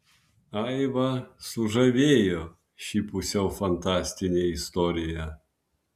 aivą sužavėjo ši pusiau fantastinė istorija